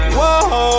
whoa